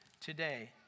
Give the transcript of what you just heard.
today